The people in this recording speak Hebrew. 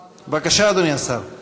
בבקשה, אדוני השר.